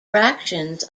fractions